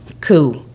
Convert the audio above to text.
cool